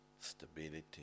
stability